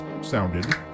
sounded